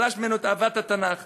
ירש ממנו את אהבת התנ"ך,